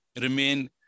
remain